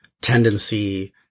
tendency